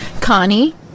Connie